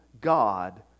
God